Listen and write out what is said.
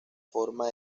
forma